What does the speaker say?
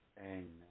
Amen